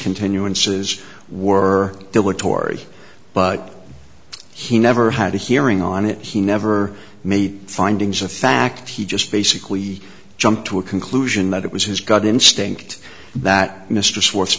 continuances were there were tours but he never had a hearing on it he never made findings of fact he just basically jumped to a conclusion that it was his gut instinct that m